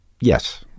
yes